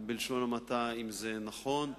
בלשון המעטה, אם זה נכון,